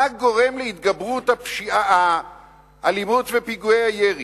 גורם להתגברות האלימות ופיגועי הירי.